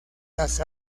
las